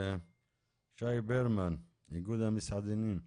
שי ברמן, איגוד המסעדנים.